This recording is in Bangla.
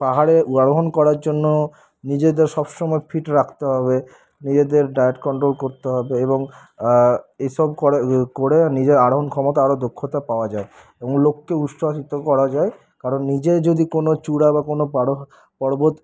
পাহাড়ে আরোহণ করার জন্য নিজেদের সবসময় ফিট রাখতে হবে নিজেদের ডায়েট কন্ট্রোল করতে হবে এবং এসব করে নিজের আরোহণ ক্ষমতা আরও দক্ষতা পাওয়া যায় এবং লোককে উৎসাহিত করা যায় কারণ নিজেও যদি কোনো চূড়া বা কোনো পর্বত